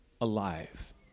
alive